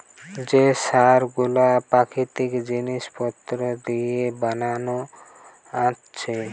যে সার গুলো প্রাকৃতিক জিলিস পত্র দিয়ে বানাচ্ছে